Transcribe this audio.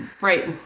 Right